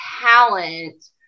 talent